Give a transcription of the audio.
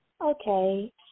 Okay